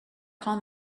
call